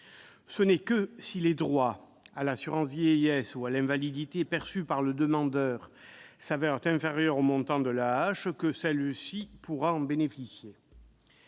ce n'est que si les droits à l'assurance vieillesse ou à l'invalidité perçue par le demandeur se révèlent inférieurs au montant de l'AAH qu'elle pourra en bénéficier.